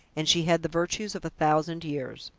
and she had the virtues of a thousand years.